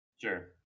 Sure